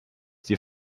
die